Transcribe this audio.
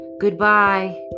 goodbye